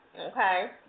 Okay